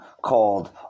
called